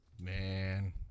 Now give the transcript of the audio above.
Man